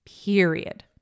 period